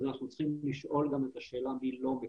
אנחנו צריכים לשאול גם את השאלה מי לא מקבל.